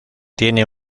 tiene